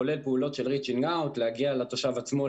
כולל פעולות של reaching out להגיע לתושב עצמו,